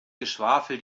geschwafel